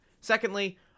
Secondly